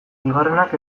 bigarrenak